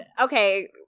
okay